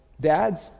dads